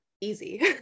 easy